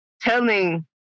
telling